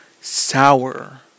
Sour